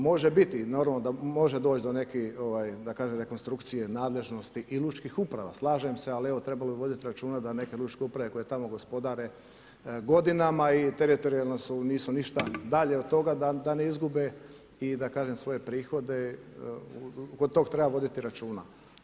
Može biti, normalno, da može doći da kažem dekonstrukciji nadležnosti i lučkih uprava, slažem se, ali evo, trebalo je voditi računa, da neke lučke uprave, koje tamo gospodare, godinama i teritorijalno nisu ništa dalje od toga, da ne izgube i da kažem svoje prihode, kod tog treba voditi računa.